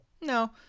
No